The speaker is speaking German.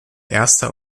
erster